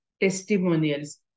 testimonials